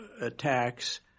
attacks